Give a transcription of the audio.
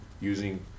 using